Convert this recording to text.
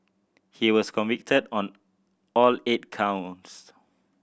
he was convicted on all eight counts